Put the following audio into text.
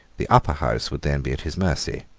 the upper house would then be at his mercy.